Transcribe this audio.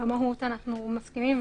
במהות אנחנו מסכימים,